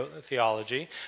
theology